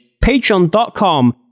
patreon.com